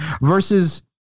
Versus